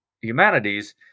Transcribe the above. humanities